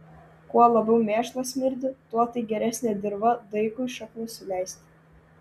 kuo labiau mėšlas smirdi tuo tai geresnė dirva daigui šaknis suleisti